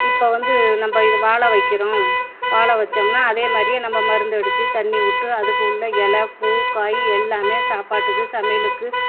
இப்போ வந்து நம்ம இது வாழை வைக்கிறோம் வாழை வெச்சோம்னால் அதே மாதிரியே நம்ம மருந்தடித்து தண்ணி விட்டு அதுக்குள்ள எலை பூ காய் எல்லாமே சாப்பாட்டுக்கு சமையலுக்கு